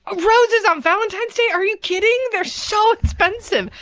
ah roses on valentine's day are you kidding? they're so expensive.